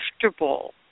comfortable